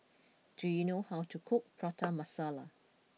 do you know how to cook Prata Masala